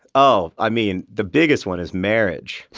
oh, i mean, the biggest one is marriage.